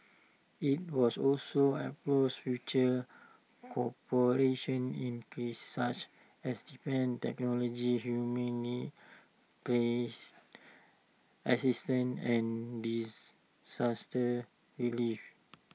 IT was also explores future cooperation in such as defence technology humanitarian assistance and disaster relief